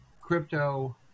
crypto